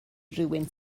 rywun